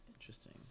Interesting